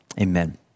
amen